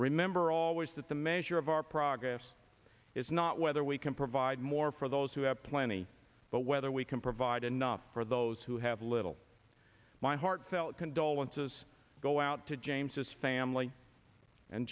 remember always that the measure of our progress is not whether we can provide more for those who have plenty but whether we can provide enough for those who have little my heartfelt condolences go out to james's family and